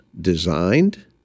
designed